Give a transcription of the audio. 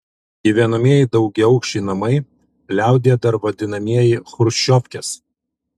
gyvenamieji daugiaaukščiai namai liaudyje dar vadinamieji chruščiovkės